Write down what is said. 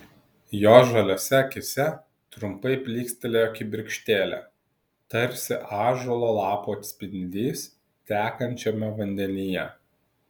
jo žaliose akyse trumpai blykstelėjo kibirkštėlė tarsi ąžuolo lapų atspindys tekančiame vandenyje